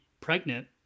pregnant